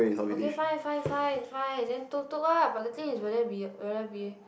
okay fine fine fine fine then tuk-tuk ah but the thing is will there be a will there be